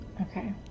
Okay